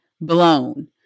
blown